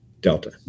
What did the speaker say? Delta